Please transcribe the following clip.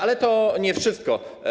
Ale to nie wszystko.